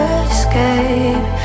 escape